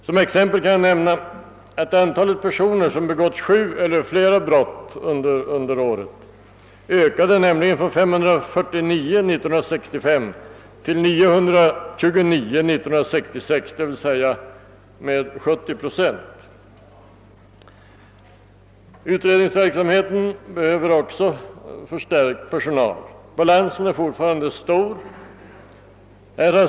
Som exempel kan jag nämna att antalet personer som begått sju eller flera brott under ett år steg från 549 år 1965 till 929 år 1966, d. v. s. med 70 procent. Utredningsverksamheten behöver också förstärkt personal. Balansen är fortfarande stor.